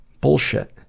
Bullshit